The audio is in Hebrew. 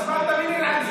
אז מה אתה מלין על זה,